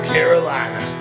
Carolina